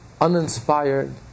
uninspired